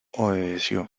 obedeció